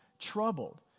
troubled